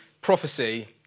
prophecy